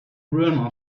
ruin